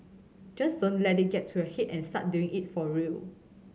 just don't let it get to your head and start doing it for real